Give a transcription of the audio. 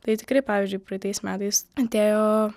tai tikrai pavyzdžiui praeitais metais atėjo